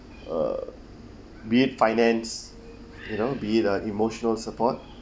uh be it finance you know be it uh emotional support